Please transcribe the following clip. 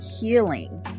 healing